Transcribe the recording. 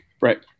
right